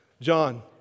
John